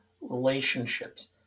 Relationships